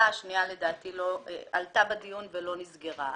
והשנייה לדעתי לא עלתה בדיון ולא נסגרה.